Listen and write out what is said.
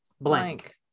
Blank